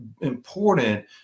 important